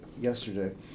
yesterday